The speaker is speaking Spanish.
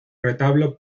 retablo